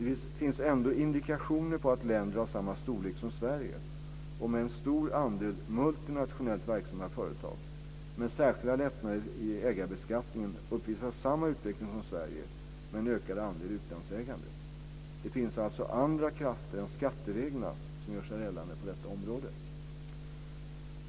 Det finns ändå indikationer på att länder av samma storlek som Sverige och med en stor andel multinationellt verksamma företag men med särskilda lättnader i ägarbeskattningen uppvisar samma utveckling som Sverige med en ökad andel utlandsägande. Det finns alltså andra krafter än skattereglerna som gör sig gällande på detta område.